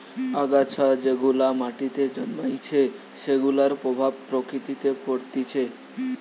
আগাছা যেগুলা মাটিতে জন্মাইছে সেগুলার প্রভাব প্রকৃতিতে পরতিছে